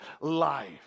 life